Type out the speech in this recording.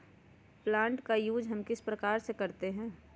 Plant का use हम किस प्रकार से करते हैं?